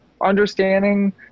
understanding